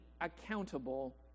accountable